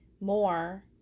more